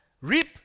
reap